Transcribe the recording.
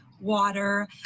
water